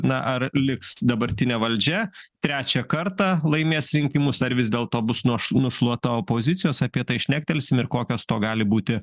na ar liks dabartinė valdžia trečią kartą laimės rinkimus ar vis dėlto bus nošluo nušluota opozicijos apie tai šnektelsim ir kokios to gali būti